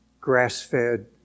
grass-fed